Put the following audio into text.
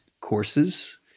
courses